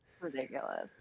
ridiculous